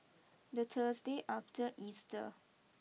the Thursday after Easter